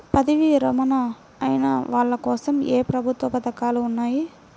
పదవీ విరమణ అయిన వాళ్లకోసం ఏ ప్రభుత్వ పథకాలు ఉన్నాయి?